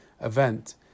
event